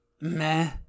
Meh